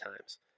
times